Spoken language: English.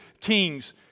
kings